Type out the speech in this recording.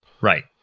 Right